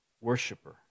worshiper